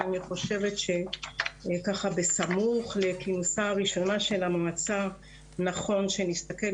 אבל אני חושבת שבסמוך לכינוסה הראשון של המועצה נכון שנסתכל